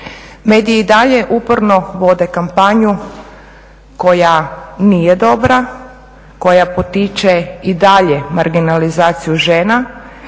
Mediji i dalje uporno vode kampanju koja nije dobra, koja potiče i dalje marginalizaciju žena